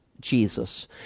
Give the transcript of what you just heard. Jesus